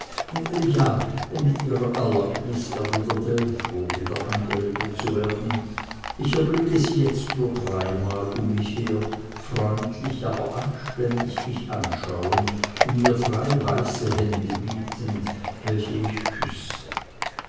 ja mit ihrer erlaubnis erwiderte er froh wieder angeredet zu werden ich erblicke sie jetzt nur dreimal um mich her freundlich aber anständig mich anschauend und mir drei weiße hände bietend welche ich küsse